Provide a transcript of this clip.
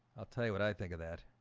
i'll tell you what, i think of that